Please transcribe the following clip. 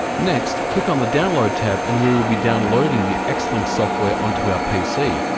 next, click on the download tab, and we will be downloading the xlink software onto our pc.